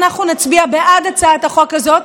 אנחנו נצביע בעד הצעת החוק הזאת,